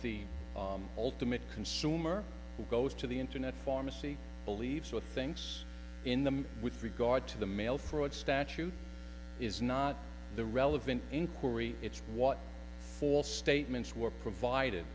the ultimate consumer who goes to the internet pharmacy believes or thinks in them with regard to the mail fraud statute is not the relevant inquiry it's what false statements were provided